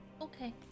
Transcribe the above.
Okay